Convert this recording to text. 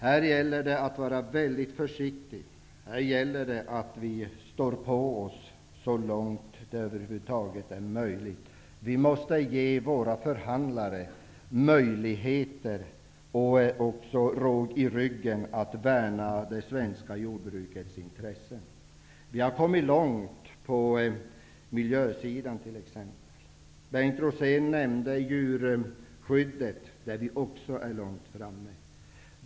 Här gäller det att vara väldigt försiktig och att vi står på oss så långt det över huvud taget är möjligt. Vi måste ge våra förhandlare möjligheter och också råg i ryggen för att värna det svenska jordbrukets intressen. Vi har kommit långt på t.ex. miljöområdet. Bengt Rosén nämnde djurskyddet, där vi också är långt framme.